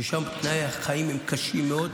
שם תנאי החיים הם קשים מאוד,